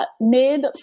mid